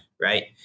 right